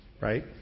Right